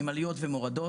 עם עליות ומורדות,